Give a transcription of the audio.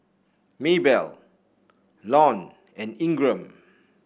Maybell Lon and Ingram